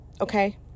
Okay